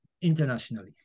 internationally